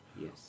yes